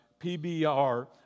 PBR